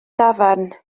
dafarn